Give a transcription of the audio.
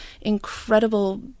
incredible